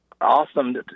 awesome